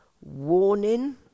warning